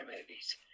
movies